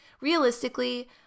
realistically